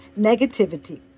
negativity